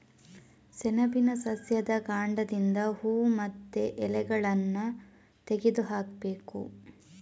ಸೆಣಬಿನ ಸಸ್ಯದ ಕಾಂಡದಿಂದ ಹೂವು ಮತ್ತೆ ಎಲೆಗಳನ್ನ ತೆಗೆದು ಹಾಕ್ಬೇಕು